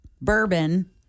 bourbon